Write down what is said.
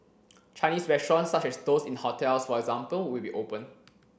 Chinese restaurants such as those in hotels for example will be open